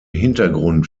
hintergrund